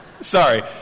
Sorry